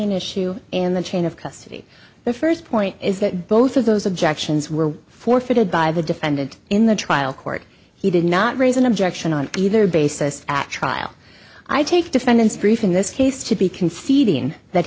ing issue in the chain of custody the first point is that both of those objections were forfeited by the defendant in the trial court he did not raise an objection on either basis actually i take defendant's brief in this case to be conceding that